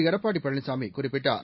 எடப்பாடி பழனிசாமி குறிப்பிட்டார்